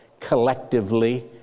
collectively